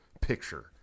picture